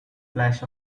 flash